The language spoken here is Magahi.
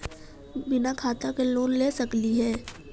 बिना खाता के लोन ले सकली हे?